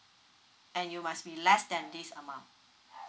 and you must be less than this amount